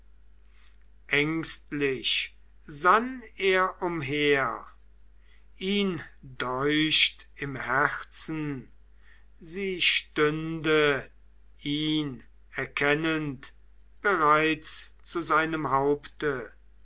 ängstlich sann er umher ihn deucht im herzen sie stünde ihn erkennend bereits zu seinem haupte